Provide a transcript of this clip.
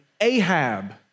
Ahab